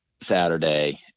Saturday